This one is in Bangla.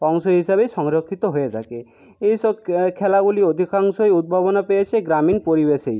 অংশ হিসাবেই সংরক্ষিত হয়ে থাকে এই সব খেলাগুলি অধিকাংশই উদ্ভাবনা পেয়েছে গ্রামীণ পরিবেশেই